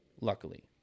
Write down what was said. luckily